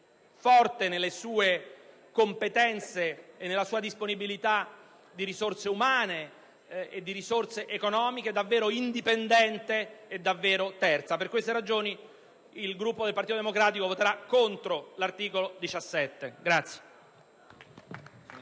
forte nelle sue competenze e nella sua disponibilità di risorse umane ed economiche, indipendente e terza. Per queste ragioni, il Gruppo del Partito Democratico voterà contro l'articolo 17.